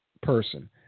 person